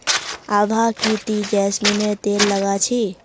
आभा की ती जैस्मिनेर तेल लगा छि